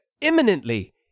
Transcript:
imminently